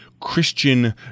Christian